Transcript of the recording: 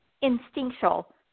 instinctual